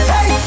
Hey